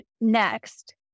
next